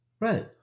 Right